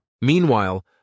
Meanwhile